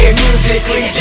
musically